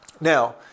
Now